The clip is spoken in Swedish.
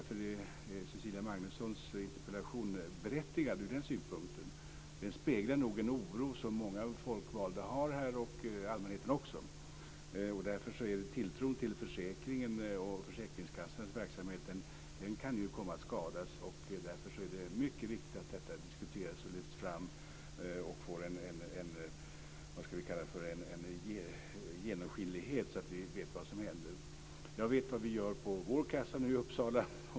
Cecilia Magnussons interpellation är berättigad ur den synpunkten. Den speglar nog en oro som många folkvalda och också allmänheten har. Tilltron till försäkringen och försäkringskassornas verksamhet kan ju komma att skadas. Därför är det mycket viktigt att detta diskuteras, lyfts fram och får en genomskinlighet, så att vi vet vad som händer. Jag vet vad vi gör på vår kassa i Uppsala.